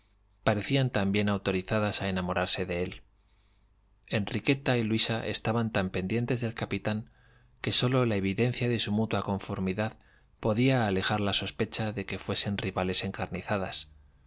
parecían también autorizadas a enamorarse de él enriqueta y luisa estaban tan pendientes del capitán que sólo la evidencia de su mutua conformidad podía alejar la sospecha de que fuesen rivales encarnizadas